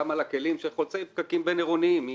על הכלים של חולצי פקקים בין-עירוניים,